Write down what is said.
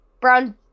brown